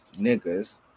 niggas